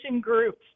groups